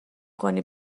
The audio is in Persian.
کنی